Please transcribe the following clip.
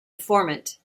informant